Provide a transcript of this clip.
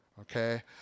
Okay